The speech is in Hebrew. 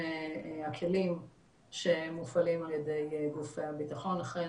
הכלים שמופעלים על ידי גופי הביטחון אכן